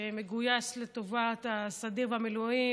שמגויס לטובת הסדיר והמילואים,